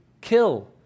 kill